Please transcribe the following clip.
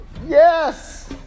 Yes